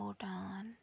Bhutan